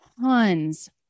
Tons